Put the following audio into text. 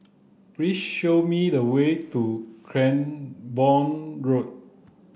please show me the way to Cranborne Road